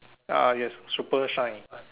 ah yes super shine